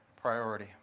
priority